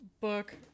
book